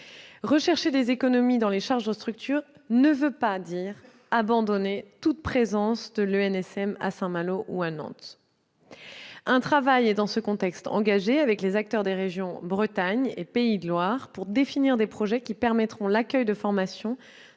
Rechercher des économies sur les charges de structure ne signifie pas supprimer toute présence de l'ENSM à Saint-Malo ou à Nantes. Un travail est dans ce contexte engagé avec les acteurs des régions Bretagne et Pays de la Loire pour définir des projets qui permettront l'accueil de formations